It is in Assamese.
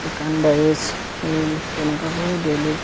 দোকান তেনেকুৱাবোৰ ডেইলী